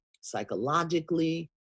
psychologically